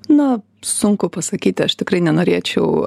na sunku pasakyti aš tikrai nenorėčiau